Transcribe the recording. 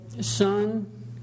son